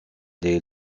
des